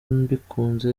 mbikunze